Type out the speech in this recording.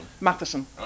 Matheson